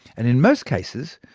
and in most cases,